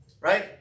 Right